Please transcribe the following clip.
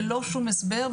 ללא שום הסבר,